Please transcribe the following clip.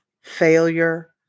failure